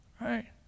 right